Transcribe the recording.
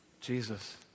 Jesus